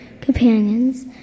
companions